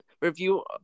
Review